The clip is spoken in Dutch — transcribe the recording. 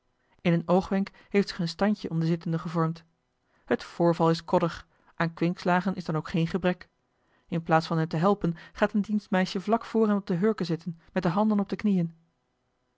in een oogwenk heeft zich een standje om den zittende gevormd het voorval is koddig aan kwinkslagen is dan ook geen gebrek in plaats van hem te helpen gaat een dienstmeisje vlak voor hem op de hurken zitten met de handen op de knieën